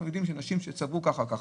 אנחנו יודעים שנשים צברו כך וכך,